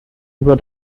über